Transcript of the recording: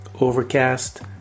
Overcast